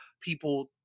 people